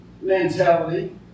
mentality